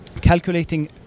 calculating